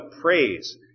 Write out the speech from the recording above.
praise